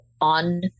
on